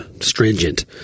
stringent